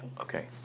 Okay